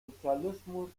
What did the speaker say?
sozialismus